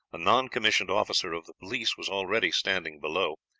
a noncommissioned officer of the police was already standing below.